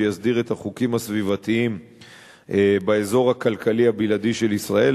שיסדיר את החוקים הסביבתיים באזור הכלכלי הבלעדי של ישראל,